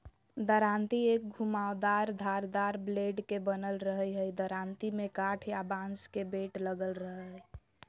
दरांती एक घुमावदार धारदार ब्लेड के बनल रहई हई दरांती में काठ या बांस के बेट लगल रह हई